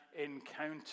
encounter